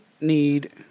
need